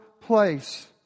place